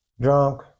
drunk